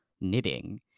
knitting